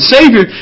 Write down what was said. Savior